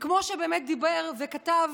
כמו שבאמת דיבר וכתב